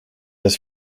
dass